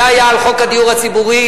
זה היה על חוק הדיור הציבורי,